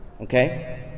Okay